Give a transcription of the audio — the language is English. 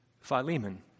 Philemon